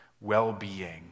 well-being